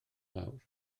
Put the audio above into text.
lawr